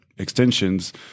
extensions